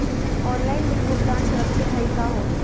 Online bill भुगतान सुरक्षित हई का हो?